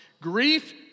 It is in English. Grief